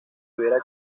hubiera